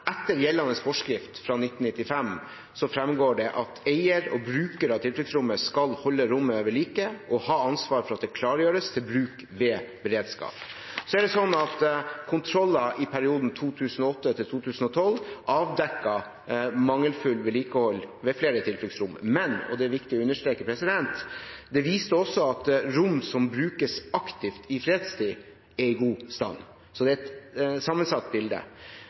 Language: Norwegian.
det klargjøres til bruk ved beredskap. Kontroller i perioden 2008 til 2012 avdekket mangelfullt vedlikehold ved flere tilfluktsrom, men – og det er viktig å understreke – det viste også at rom som brukes aktivt i fredstid, er i god stand. Så det er et sammensatt bilde.